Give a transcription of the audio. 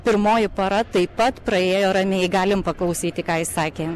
pirmoji para taip pat praėjo ramiai galim paklausyti ką jis sakė